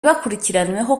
bakurikiranweho